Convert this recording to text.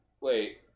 Wait